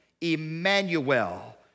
Emmanuel